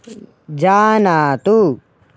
जानातु